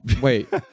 Wait